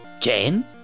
Jane